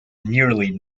nearly